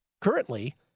Currently